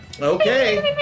Okay